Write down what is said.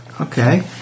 Okay